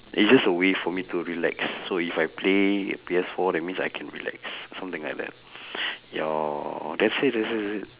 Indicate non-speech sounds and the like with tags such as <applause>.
it's just a way for me to relax so if I play P_S four that means I can relax something like that <breath> <noise> that's it that's that's it